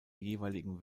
jeweiligen